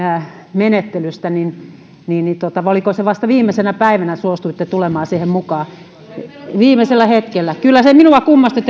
menettelystä oliko se niin että vasta viimeisenä päivänä suostuitte tulemaan siihen mukaan viimeisellä hetkellä kyllä se minua kummastutti